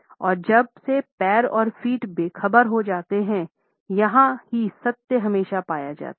और जब से पैर और फ़ीट बेखबर हो जाते हैं यहाँ ही सत्य हमेशा पाया जाता है